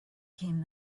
came